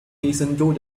黑森州